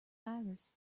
virus